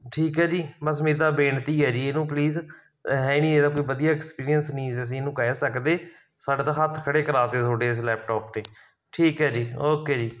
ਠੀਕ ਹੈ ਜੀ ਬਸ ਮੇਰੀ ਤਾਂ ਇਹ ਬੇਨਤੀ ਹੈ ਜੀ ਇਹਨੂੰ ਪਲੀਜ਼ ਹੈ ਨਹੀਂ ਇਹਦਾ ਕੋਈ ਵਧੀਆ ਐਕਸਪੀਰੀਅਂਸ ਨਹੀਂ ਅਸੀਂ ਇਹਨੂੰ ਕਹਿ ਸਕਦੇ ਸਾਡਾ ਤਾਂ ਹੱਥ ਖੜੇ ਕਰਾ ਦਿੱਤੇ ਤੁਹਾਡੇ ਇਸ ਲੈਪਟੋਪ ਨੇ ਠੀਕ ਹੈ ਜੀ ਓਕੇ ਜੀ